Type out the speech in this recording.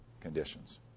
conditions